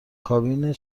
کابین